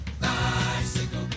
bicycle